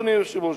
אדוני היושב-ראש.